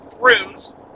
rooms